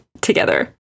together